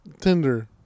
Tinder